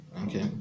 Okay